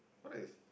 what if